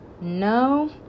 No